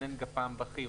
מתכנן גפ"מ בכיר,